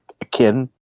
akin